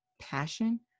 passion